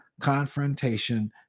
confrontation